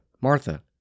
Martha